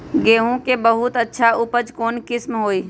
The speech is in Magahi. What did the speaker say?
गेंहू के बहुत अच्छा उपज कौन किस्म होई?